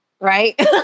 Right